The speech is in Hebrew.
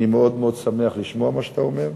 אני מאוד מאוד שמח לשמוע מה שאתה אומר.